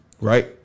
right